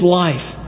life